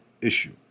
issue